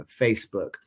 Facebook